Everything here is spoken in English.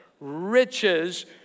riches